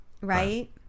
Right